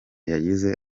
yagize